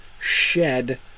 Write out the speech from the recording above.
shed